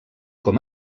com